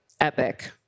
epic